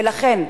ולכן,